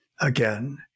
again